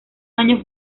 año